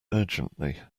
urgently